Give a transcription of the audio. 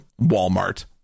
Walmart